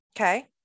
Okay